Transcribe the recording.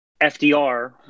fdr